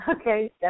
Okay